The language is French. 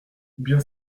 bien